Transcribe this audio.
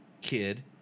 kid